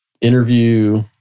interview